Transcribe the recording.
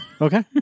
Okay